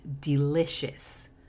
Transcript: delicious